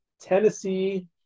Tennessee